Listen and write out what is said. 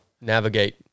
navigate